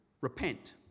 repent